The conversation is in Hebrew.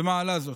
במעלה זאת.